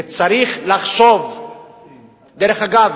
וצריך לחשוב אגב,